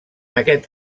aquest